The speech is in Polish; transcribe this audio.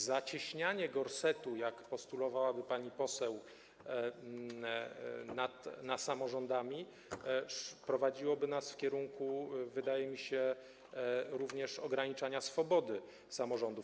Zacieśnianie gorsetu, jak postulowałaby pani poseł, nad samorządami prowadziłoby nas w kierunku, wydaje mi się, również ograniczania swobody samorządów.